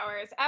hours